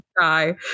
die